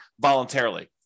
voluntarily